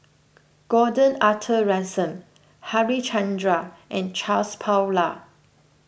Gordon Arthur Ransome Harichandra and Charles Paglar